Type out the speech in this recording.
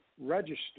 register